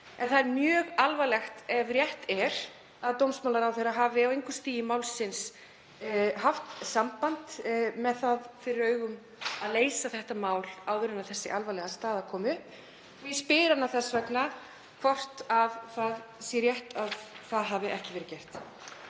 En það er mjög alvarlegt ef rétt er að dómsmálaráðherra hafi á engu stigi málsins haft samband með það fyrir augum að leysa málið áður en þessi alvarlega staða kom upp og ég spyr ráðherra þess vegna hvort það sé rétt að það hafi ekki verið gert.